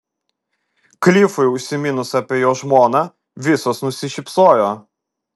klifui užsiminus apie jo žmoną visos nusišypsojo